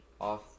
off